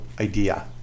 idea